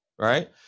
Right